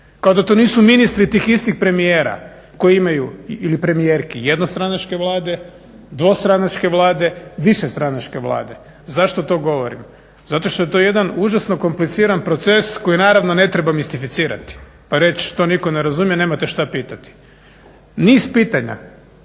kao da to nisu ministri tih istih premijera koji imaju, ili premijerki, jednostranačke vlade, dvostranačke vlade, višestranačke vlade. Zašto to govorim? Zato što je to jedan užasno kompliciran proces koji naravno ne treba mistificirati pa reći, to nitko ne razumije, nemate šta pitati. Niz pitanja